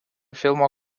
filmo